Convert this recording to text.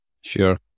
Sure